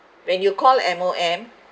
when you call M_O_M